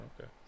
Okay